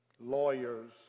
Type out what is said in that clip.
Lawyers